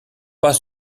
pas